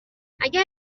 اگر